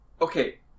Okay